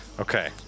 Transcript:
Okay